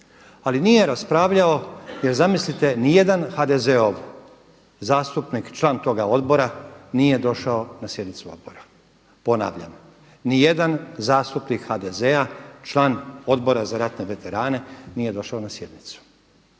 ali nije raspravljao jer zamislite ni jedan HDZ-ov zastupnik, član toga odbora nije došao na sjednicu odbora. Ponavljam, ni jedan zastupnik HDZ-a član Odbor za ratne veterane nije došao na sjednicu.